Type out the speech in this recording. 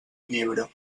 llibre